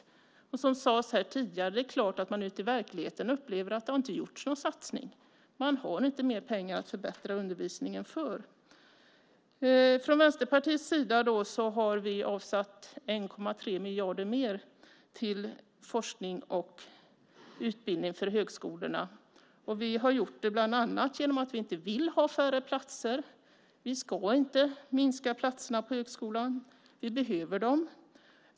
Precis som det sades tidigare är det klart att man ute i verkligheten inte upplever att det har gjorts någon satsning. Man har inte mer pengar att förbättra undervisningen med. Vi från Vänsterpartiet har avsatt 1,3 miljarder mer till forskning och utbildning för högskolorna. Vi har gjort det bland annat genom att vi inte vill ha färre platser. Vi ska inte minska antalet platser på högskolan. Vi behöver dem.